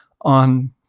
on